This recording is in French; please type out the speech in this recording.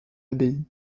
abbaye